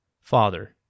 Father